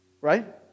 Right